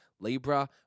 Libra